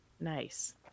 Nice